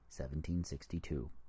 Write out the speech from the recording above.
1762